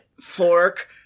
fork